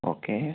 okay